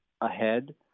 ahead